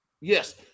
Yes